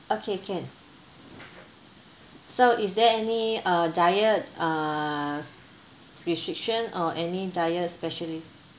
okay can so is there any uh diet uh restriction or any diet special list